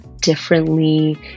differently